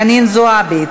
חנין זועבי,